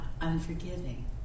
unforgiving